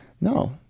No